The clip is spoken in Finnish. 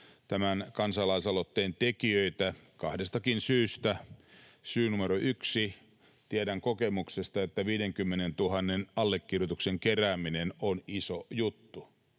tämän kansalaisaloitteen tekijöitä kahdestakin syystä. Syy numero 1: Tiedän kokemuksesta, että 50 000 allekirjoituksen kerääminen on iso juttu.